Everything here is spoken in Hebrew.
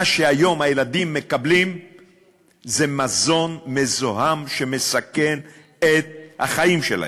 מה שהיום הילדים מקבלים זה מזון מזוהם שמסכן את החיים שלהם.